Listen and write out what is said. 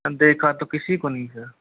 देखा तो किसी को नहीं सर